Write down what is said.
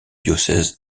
diocèse